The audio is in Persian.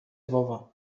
بابا